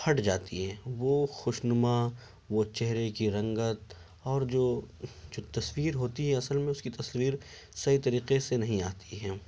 پھٹ جاتی ہے وہ خوش نما وہ چہرے کی رنگت اور جو جو تصویر ہوتی ہے اصل میں اس کی تصویر صحیح طریقے سے نہیں آتی ہے